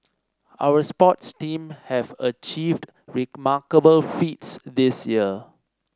our sports teams have achieved remarkable feats this year